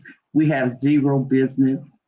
we have zero business